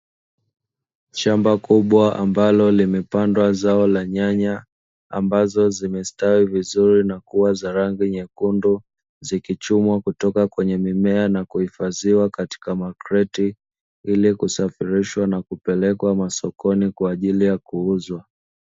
Shamba kubwa ambalo limepandwa zao la nyanya ambazo zimestawi vizuri na kuwa na rangi nyekundu, zikichumwa kutoka kwenye mimea na kuhifadhiwa katika makreti ili kusafirishwa na kupelekwa masokoni kwa ajili ya kuuzwa.